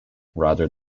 rather